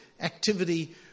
activity